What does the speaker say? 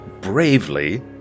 bravely